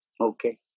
Okay